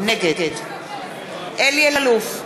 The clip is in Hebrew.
נגד אלי אלאלוף,